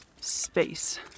space